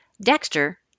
Dexter